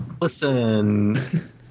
Listen